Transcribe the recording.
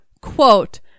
quote